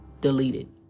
deleted